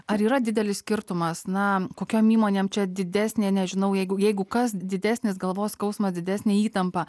ar yra didelis skirtumas na kokiom įmonėm čia didesnė nežinau jeigu jeigu kas didesnis galvos skausmas didesnę įtampą